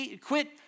Quit